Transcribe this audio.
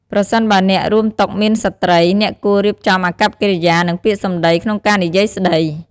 ប្រសិនបើអ្នករួមតុមានស្ត្រី អ្នកគួររៀបចំអាកប្បកិរិយា និងពាក្យសម្ដីក្នុងការនិយាយស្ដី។